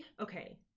okay